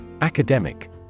Academic